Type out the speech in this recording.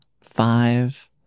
five